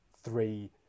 three